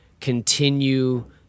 continue